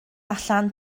allan